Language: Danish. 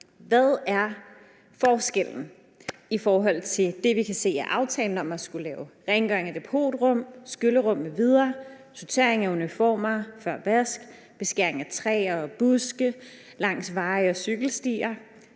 Hvad er forskellen på det, vi kan se i aftalen om at skulle lave rengøring af depotrum, skyllerum m.v., sortering af uniformer før vask, beskæring af træer og buske langs veje og cykelstier,